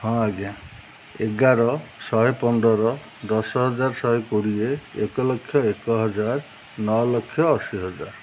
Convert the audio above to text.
ହଁ ଆଜ୍ଞା ଏଗାର ଶହେ ପନ୍ଦର ଦଶ ହଜାର ଶହେ କୋଡ଼ିଏ ଏକ ଲକ୍ଷ ଏକ ହଜାର ନଅ ଲକ୍ଷ ଅଶୀ ହଜାର